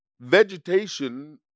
vegetation